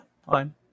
Fine